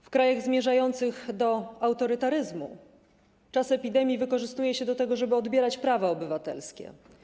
W krajach zmierzających do autorytaryzmu czas epidemii wykorzystuje się do tego, żeby odbierać prawa obywatelskie.